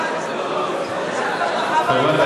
חבל, דווקא ברכה